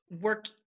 work